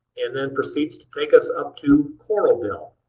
and then proceeds to take us up to coralville.